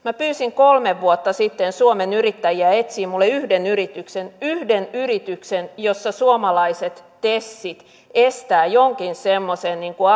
pyysin kolme vuotta sitten suomen yrittäjiä etsimään minulle yhden yrityksen yhden yrityksen jossa suomalaiset tesit estävät jonkin semmoisen niin kuin